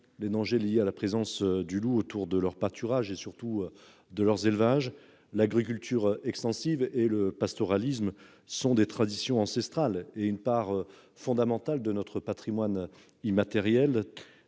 les dangers liés à la présence du loup autour de leurs pâturages et surtout de leurs élevages. L'agriculture extensive et le pastoralisme sont des traditions ancestrales et une part fondamentale de notre Patrimoine immatériel